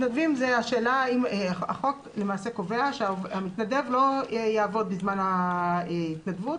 החוק למעשה קובע שמתנדב לא יעבוד בזמן ההתנדבות,